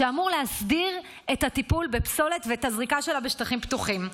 ואמור להסדיר את הטיפול בפסולת ואת הזריקה שלה בשטחים פתוחים.